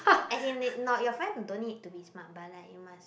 as in need not your friends don't need to be smart but like you must